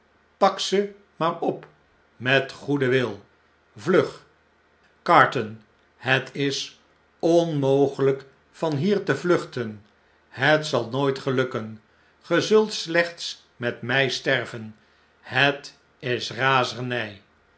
ze maar op met goeden wil vlug i carton het is onmogeiyk van hier te vluchten het zal nooit gelukken ge zult slechts met my sterven het is razerng